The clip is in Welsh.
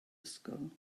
ysgol